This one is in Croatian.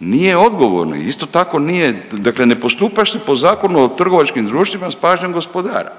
nije odgovorno, isto tako nije, dakle ne postupaš po Zakonu o trgovačkim društvima s pažnjom gospodara.